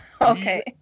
okay